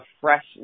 fresh